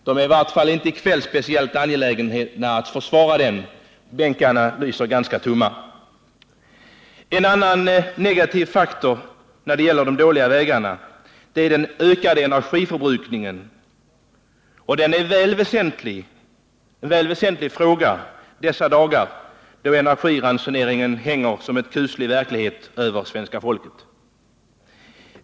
I varje fall är regeringen inte speciellt angelägen att försvara det i kväll. Bänkarna lyser ganska tomma. En annan negativ faktor när det gäller de dåliga vägarna är den ökade energiförbrukningen, och det är en väsentlig fråga i dessa dagar, då energiransoneringen hänger som en kuslig verklighet över svenska folket.